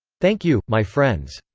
thank you, my friends.